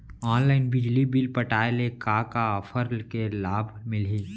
Online बिजली bill पटाय ले का का ऑफ़र के लाभ मिलही?